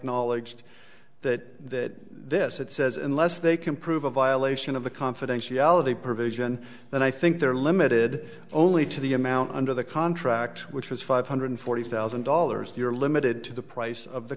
acknowledged that this it says unless they can prove a violation of the confidentiality provision and i think they're limited only to the amount under the contract which was five hundred forty thousand dollars you're limited to the price of the